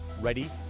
ready